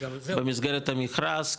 במסגרת המכרז,